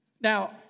Now